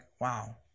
wow